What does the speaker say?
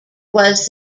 was